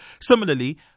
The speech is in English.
Similarly